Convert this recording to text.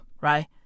Right